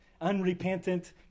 unrepentant